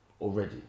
already